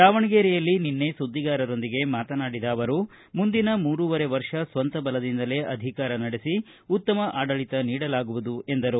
ದಾವಣಗೆರೆಯಲ್ಲಿ ನಿನ್ನೆ ಸುದ್ವಿಗಾರರೊಂದಿಗೆ ಮಾತನಾಡಿದ ಅವರು ಮುಂದಿನ ಮೂರೂವರೆ ವರ್ಷ ಸ್ವಂತ ಬಲದಿಂದಲೇ ಅಧಿಕಾರ ನಡೆಸಿ ಉತ್ತಮ ಆಡಳಿತ ನೀಡಲಾಗುವುದು ಎಂದರು